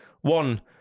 one